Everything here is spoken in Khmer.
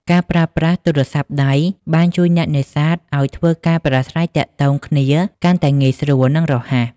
ការប្រើប្រាស់ទូរស័ព្ទដៃបានជួយអ្នកនេសាទឱ្យធ្វើការប្រាស្រ័យទាក់ទងគ្នាកាន់តែងាយស្រួល និងរហ័ស។